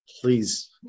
please